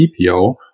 DPO